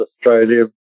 Australia